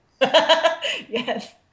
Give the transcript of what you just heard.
Yes